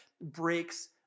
breaks